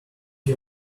you